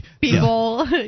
people